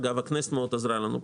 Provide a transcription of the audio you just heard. הכנסת מאוד עזרה לנו פה.